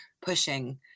pushing